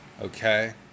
Okay